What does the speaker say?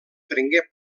prengué